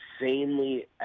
insanely